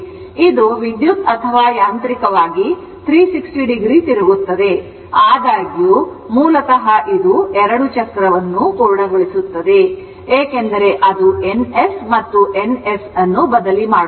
ಇದು ವಿದ್ಯುತ್ ಅಥವಾ ಯಾಂತ್ರಿಕವಾಗಿ 360 ಡಿಗ್ರಿ ತಿರುಗುತ್ತದೆ ಆದಾಗ್ಯೂ ಇದು ಮೂಲತಃ 2 ಚಕ್ರವನ್ನು ಪೂರ್ಣಗೊಳಿಸುತ್ತದೆ ಏಕೆಂದರೆ ಅದು N S ಮತ್ತು N S ಅನ್ನು ಬದಲಿ ಮಾಡುತ್ತದೆ